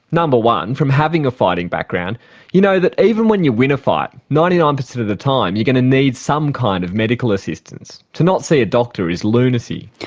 number one, from having a fighting background you know that even when you win a fight, ninety nine per cent of the time you're going to need some kind of medical assistance. to not see a doctor is lunacy.